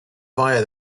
via